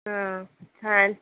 छान